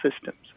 systems